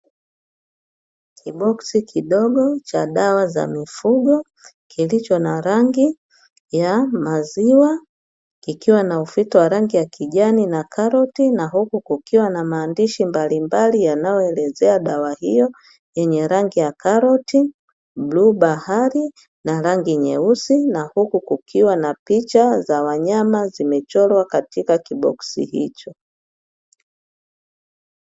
Kiboksi kidogo cha dawa za mifugo kilicho na rangi ya maziwa kikiwa na ufito wa rangi ya kijani na karoti, na huku kukiwa na maandishi mbalimbali yanayoelezea dawa hiyo yenye rangi ya karoti, bluu bahari, na rangi nyeusi na huku kukiwa na picha za wanyama zimechorwa katika kiboksi hicho.